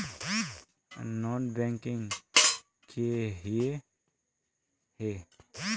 Non banking किए हिये है?